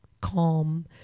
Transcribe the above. calm